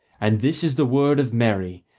and this is the word of mary,